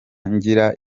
ngira